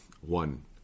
one